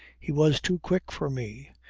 he was too quick for me.